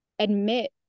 Admit